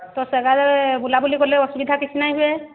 ତ ସେ ଜାଗାରେ ବୁଲାବୁଲି କଲେ ଅସୁବିଧା କିଛି ନାଇଁ ହୁଏ